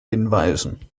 hinweisen